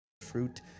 fruit